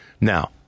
Now